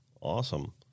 Awesome